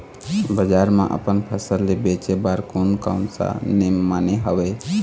बजार मा अपन फसल ले बेचे बार कोन कौन सा नेम माने हवे?